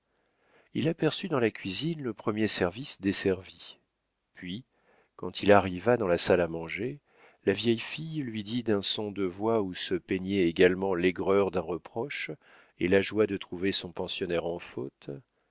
il aperçut dans la cuisine le premier service desservi puis quand il arriva dans la salle à manger la vieille fille lui dit d'un son de voix où se peignaient également l'aigreur d'un reproche et la joie de trouver son pensionnaire en faute